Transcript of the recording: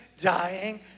dying